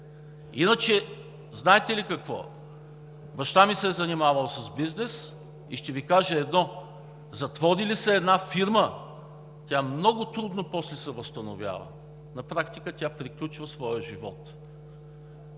Иначе знаете ли какво? Баща ми се е занимавал с бизнес и ще Ви кажа едно: затвори ли се една фирма, тя много трудно после се възстановява, на практика тя приключва своя живот.